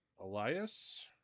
Elias